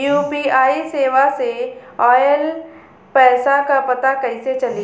UPI सेवा से ऑयल पैसा क पता कइसे चली?